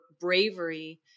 bravery